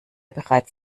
bereits